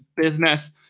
business